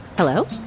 Hello